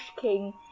king